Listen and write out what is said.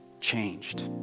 changed